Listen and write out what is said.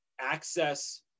access